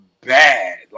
bad